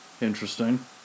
Interesting